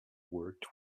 worked